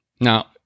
Now